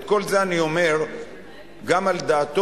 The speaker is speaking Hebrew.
את כל זה אני אומר גם על דעתו,